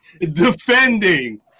defending